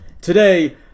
Today